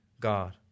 God